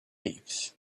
leaves